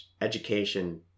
education